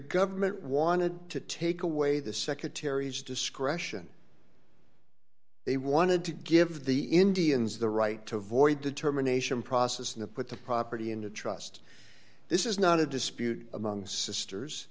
government wanted to take away the secretary's discretion they wanted to give the indians the right to avoid determination process in the put the property in a trust this is not a dispute among sisters